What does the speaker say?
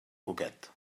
cuquet